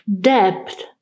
depth